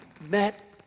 met